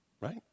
right